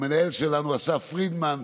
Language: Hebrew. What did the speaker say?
למנהל שלנו אסף פרידמן,